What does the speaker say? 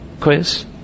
Quiz